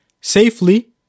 safely